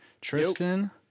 Tristan